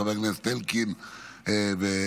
לחבר הכנסת אלקין ולנוספים,